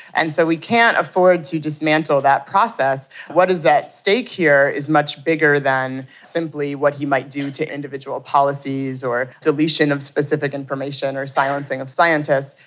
and so we can't afford to dismantle that process. what is at stake here is much bigger than simply what he might do to individual policies or deletion of specific information or silencing of scientists.